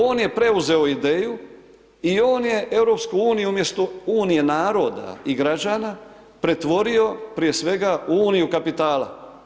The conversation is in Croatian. On je preuzeo ideju i on je EU umjesto Unije naroda i građana, pretvorio prije svega u uniju kapitala.